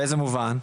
באיזה מובן?